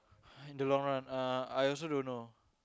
uh in the long run uh I also don't know